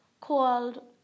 called